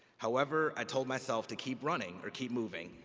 however, i told myself to keep running or keep moving.